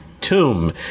tomb